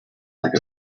like